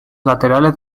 laterales